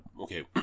Okay